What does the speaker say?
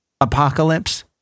apocalypse